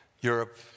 Europe